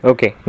Okay